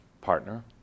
partner